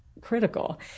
critical